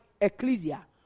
Ecclesia